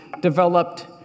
developed